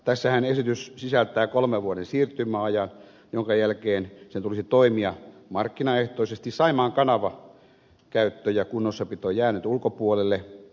tässähän esitys sisältää kolmen vuoden siirtymäajan jonka jälkeen laitoksen tulisi toimia markkinaehtoisesti saimaan kanavan käyttö ja kunnossapito jää nyt ulkopuolelle